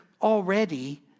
already